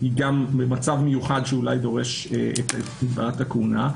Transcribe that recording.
היא גם במצב מיוחד שאולי דורש את הגבלת הכהונה,